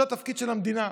זה התפקיד של המדינה.